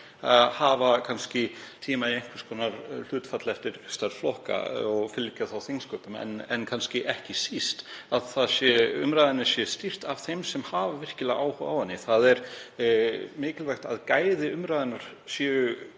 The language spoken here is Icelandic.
hafa tímann í einhvers konar hlutfalli við stærð flokka og fylgja þingsköpum, en kannski ekki síst að umræðunni sé stýrt af þeim sem hafa virkilega áhuga á henni. Það er mikilvægt að gæði umræðunnar séu